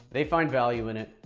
they find value in it,